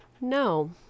no